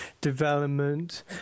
development